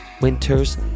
Winters